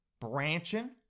branching